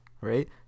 right